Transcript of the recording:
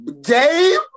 Dave